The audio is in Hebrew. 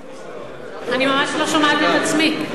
אני ממש לא שומעת את עצמי.